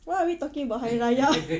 why are we talking about hari raya